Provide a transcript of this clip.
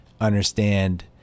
understand